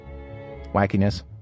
wackiness